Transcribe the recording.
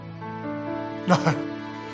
No